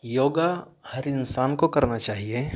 یوگا ہر انسان کو کرنا چاہیے